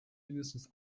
mindestens